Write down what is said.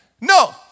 No